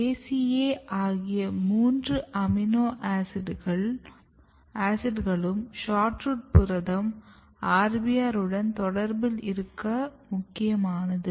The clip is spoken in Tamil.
ACA ஆகிய மூன்று அமினோ ஆசிட்களும் SHORT ROOT புரதம் RBR உடன் தொடர்பில் இருக்க முக்கியமானது